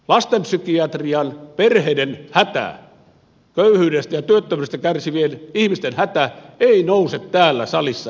lastenpsykiatrian perheiden hätä köyhyydestä ja työttömyydestä kärsivien ihmisten hätä ei nouse täällä salissa esille